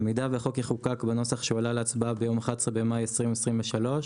במידה והחוק יחוקק בנוסח שעולה להצבעה ביום 11 במאי 2023,